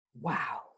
Wow